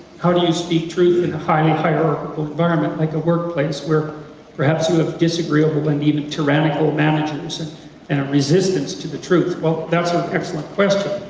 how do you speak truth in a highly hierarchal environment, like a work place where perhaps you have disagreeable or but and even tyrannical managers and and a resistance to the truth? well, that's an excellent question.